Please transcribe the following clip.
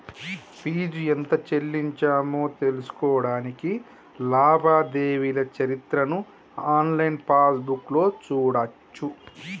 fee ఎంత చెల్లించామో తెలుసుకోడానికి లావాదేవీల చరిత్రను ఆన్లైన్ పాస్బుక్లో చూడచ్చు